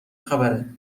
خبره